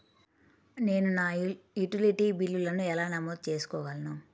నేను నా యుటిలిటీ బిల్లులను ఎలా నమోదు చేసుకోగలను?